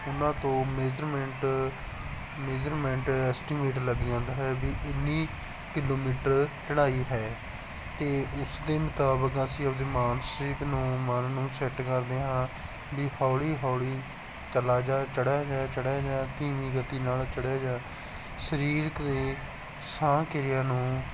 ਉਹਨਾਂ ਤੋਂ measurement measurement estimate ਲੱਗ ਜਾਂਦਾ ਹੈ ਵੀ ਇੰਨੀ ਕਿਲੋਮੀਟਰ ਚੜ੍ਹਾਈ ਹੈ ਅਤੇ ਉਸ ਦੇ ਮੁਤਾਬਿਕ ਅਸੀਂ ਆਪਣੇ ਮਾਨਸਿਕ ਨੂੰ ਮਨ ਨੂੰ ਸੈਟ ਕਰਦੇ ਹਾਂ ਵੀ ਹੌਲੀ ਹੌਲੀ ਚਲਾ ਜਾ ਚੜਿਆ ਜਾ ਚੜਿਆ ਜਾ ਧੀਮੀ ਗਤੀ ਨਾਲ ਚੜਿਆ ਜਾ ਸਰੀਰਕ ਦੇ ਸਾਹ ਕਿਰਿਆ ਨੂੰ